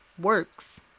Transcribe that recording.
works